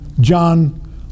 John